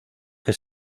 que